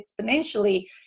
exponentially